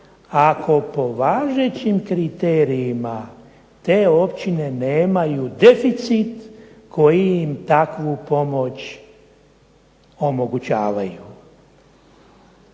ako po važećim kriterijima te općine nemaju deficit koji im takvu pomoć omogućavaju.